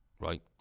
right